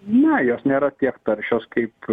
ne jos nėra tiek taršios kaip